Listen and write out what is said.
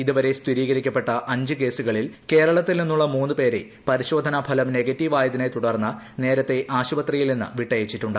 ഇതുവരെ സ്ഥിരീകരിക്കപ്പെട്ട അഞ്ച് കേസുകളിൽ കേരളത്തിൽ നിന്നുള്ള മൂന്ന് പേരെ പരിശോധനാ ഫലം നെഗറ്റീവായതിനെ തുടർന്ന് നേരത്തെ ആശുപത്രിയിൽ നിന്നും വിട്ടയച്ചിട്ടുണ്ട്